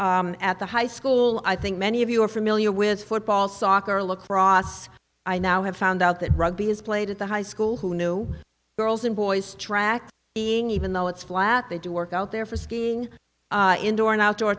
many at the high school i think many of you are familiar with football soccer look cross i now have found out that rugby is played at the high school who knew girls and boys track being even though it's flat they do work out there for skiing indoor and outdoor